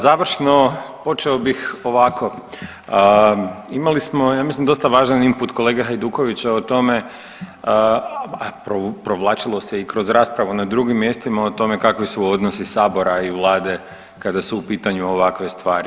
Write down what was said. Završno počeo bih ovako, imali smo ja mislim dosta važan input kolege Hajdukovića o tome, a provlačilo se i kroz raspravu na drugim mjestima o tome kakvi su odnosi sabora i vlade kada su u pitanju ovakve stvari.